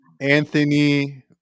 Anthony